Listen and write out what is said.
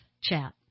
chat